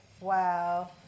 Wow